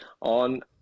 On